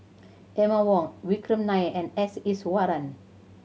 Emma Wong Vikram Nair and S Iswaran